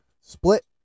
split